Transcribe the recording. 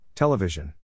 Television